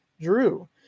Drew